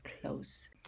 close